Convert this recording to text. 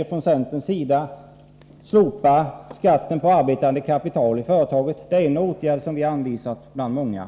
Från centerns sida säger vi: Slopa skatten på arbetande kapital i företagen! Det är en av de åtgärder som vi har anvisat.